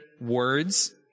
words